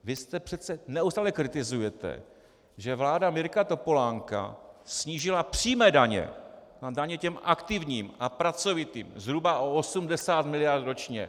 Vy přece neustále kritizujete, že vláda Mirka Topolánka snížila přímé daně a daně těm aktivním a pracovitým zhruba o 80 mld. ročně.